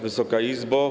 Wysoka Izbo!